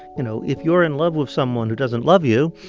you know, if you're in love with someone who doesn't love you,